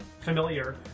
familiar